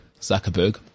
Zuckerberg